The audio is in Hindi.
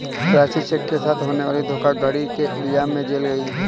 प्राची चेक के साथ होने वाली धोखाधड़ी के इल्जाम में जेल गई